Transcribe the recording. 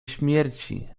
śmierci